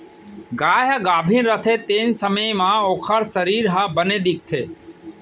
गाय ह गाभिन रथे तेन समे म ओकर सरीर ह बने दिखथे